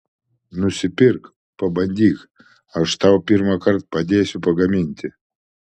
nusipirk pabandyk aš tau pirmąkart padėsiu pagaminti